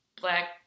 black